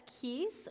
keys